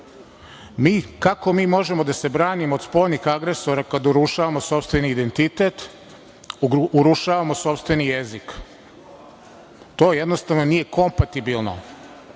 Kako mi možemo da se branimo od spornih agresora kada urušavamo sopstveni identitet, urušavamo sopstveni jezik? To jednostavno nije kompatibilno.